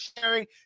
sharing